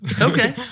okay